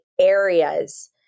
areas